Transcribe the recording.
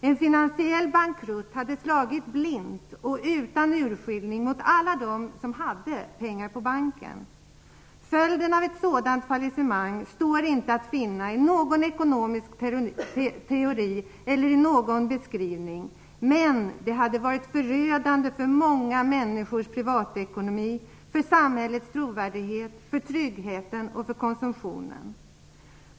En finansiell bankrutt hade slagit blint och utan urskiljning mot alla dem som hade pengar på banken. Följden av ett sådant fallissemang står inte att finna i någon ekonomisk teori eller i någon beskrivning, men den hade varit förödande för många människors privatekonomi, för samhällets trovärdighet, för tryggheten och konsumtionen.